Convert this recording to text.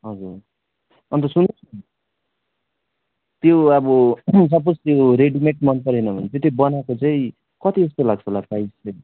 हजुर अन्त सुन्नुहोस् न त्यो अब सपोज त्यो रेडिमेड मन परेन भने चाहिँ त्यो बनाएको चाहिँ कति जस्तो लाग्छ होला प्राइस चाहिँ